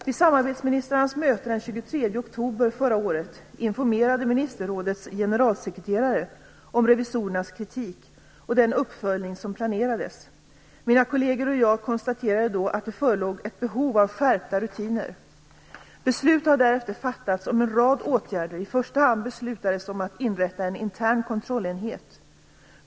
Vid samarbetsministrarnas möte den 23 oktober förra året informerade ministerrådets generalsekreterare om revisorernas kritik och den uppföljning som planerades. Mina kolleger och jag konstaterade då att det förelåg ett behov av skärpta rutiner. Beslut har därefter fattats om en rad åtgärder. I första hand beslutades det om att inrätta en intern kontrollenhet.